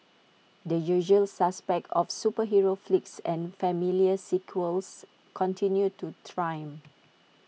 the usual suspects of superhero flicks and familiar sequels continued to triumph